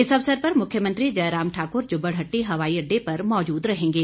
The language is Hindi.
इस अवसर पर मुख्यमंत्री जयराम ठाक्र जुब्बड़हटटी हवाई अडडे पर मौजूद रहेंगे